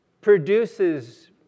produces